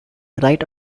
right